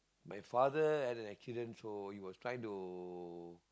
my father had an accident so was trying to